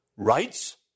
Rights